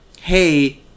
hey